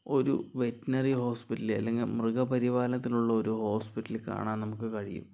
ഒരു veterinary hospital അല്ലെങ്കില് മൃഗ പരിപാലനത്തിനുള്ള ഒരു ഹോസ്പിറ്റല് കാണാൻ നമുക്ക് കഴിയും